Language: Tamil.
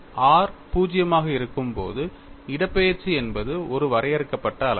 r 0 ஆக இருக்கும்போது இடப்பெயர்ச்சி என்பது ஒரு வரையறுக்கப்பட்ட அளவு